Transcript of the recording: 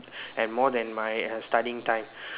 and more than my uh studying time